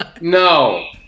No